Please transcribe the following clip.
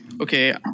Okay